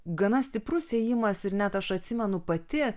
gana stiprus ėjimas ir net aš atsimenu pati